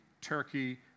Turkey